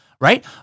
right